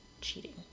cheating